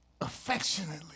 affectionately